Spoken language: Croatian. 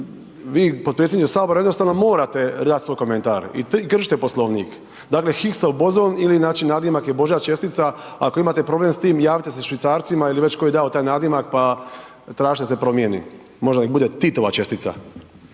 vi potpredsjedniče sabora jednostavno morate dat svoj komentar i kršite Poslovnik, dakle Huggsov bozon ili znači nadimak je božja čestica, ako imate problem s tim javite se Švicarcima ili već ko je dao taj nadimak pa tražite da se promijeni, možda nek bude Titova čestica.